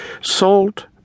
salt